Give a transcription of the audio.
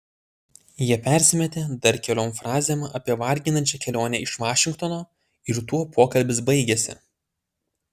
jie persimetė dar keliom frazėm apie varginančią kelionę iš vašingtono ir tuo pokalbis baigėsi